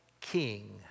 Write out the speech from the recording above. king